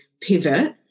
pivot